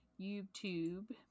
YouTube